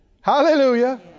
Hallelujah